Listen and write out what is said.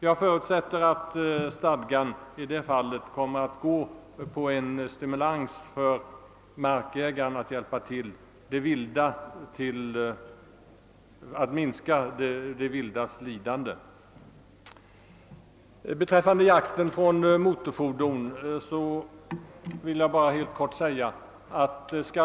Jag förutsätter att stadgan i detta fall kommer att gå in för en stimulans till markägarna att hjälpa till att minska det vildas lidande. Beträffande jakten från motorfordon vill jag helt kort säga några ord.